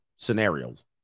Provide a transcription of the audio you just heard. Scenarios